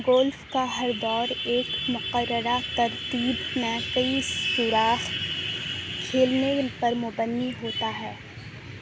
golf کا ہر دور ایک مقررہ ترتیب میں کئی سوراخ کھیلنے پر مبنی ہوتا ہے